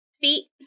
feet